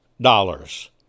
dollars